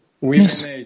Yes